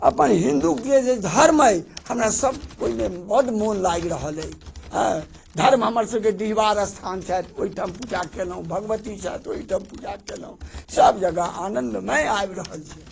अपन हिन्दूके जे धर्म अछि हमरा सभ ओहिमे बड्ड मोन लागि रहल अछि एँ धर्म हमर सभके डीहवार स्थान छथि ओहि ठाम पूजा केलहुॅं भगवती छथि ओहि ठाम पूजा केलौँ सभ जगह आनंदमय आइब रहल छै